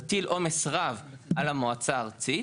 תטיל עומס רב על המועצה הארצית,